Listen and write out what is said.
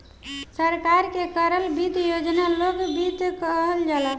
सरकार के करल वित्त योजना लोक वित्त कहल जाला